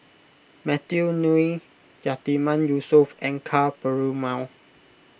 Matthew Ngui Yatiman Yusof and Ka Perumal